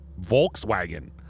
Volkswagen